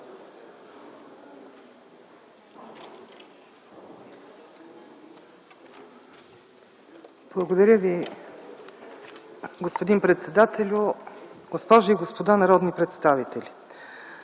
Благодаря Ви, господин председателю. Госпожи и господа народни представители!